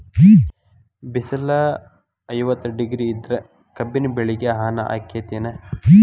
ಬಿಸಿಲ ಐವತ್ತ ಡಿಗ್ರಿ ಇದ್ರ ಕಬ್ಬಿನ ಬೆಳಿಗೆ ಹಾನಿ ಆಕೆತ್ತಿ ಏನ್?